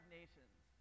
nations